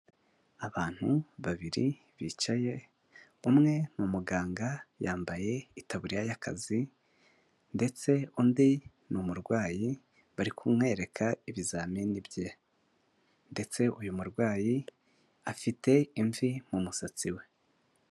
Abantu babiri bicaye, umwe ni umuganga yambaye itaburiya y'akazi ndetse undi ni umurwayi bari kumwereka ibizamini bye ndetse uyu murwayi afite imvi mu musatsi we.